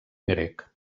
grec